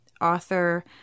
author